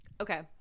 Okay